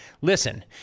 Listen